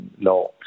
law